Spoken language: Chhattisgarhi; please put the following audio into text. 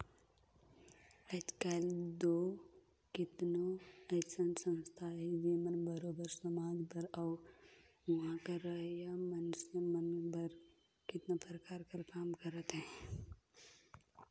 आएज काएल दो केतनो अइसन संस्था अहें जेमन बरोबेर समाज बर अउ उहां कर रहोइया मइनसे मन बर केतनो परकार कर काम करत अहें